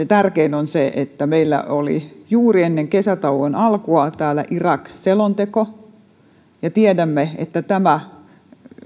tärkein on se että meillä oli juuri ennen kesätauon alkua täällä irak selonteko ja tiedämme että tämä